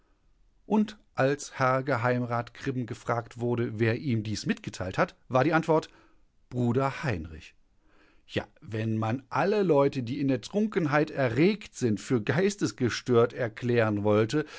und als herr geheimrat kribben gefragt wurde wer ihm dies mitgeteilt hat war die antwort bruder heinrich ja wenn man alle leute die in der trunkenheit erregt sind für geistesgestört erklären wollte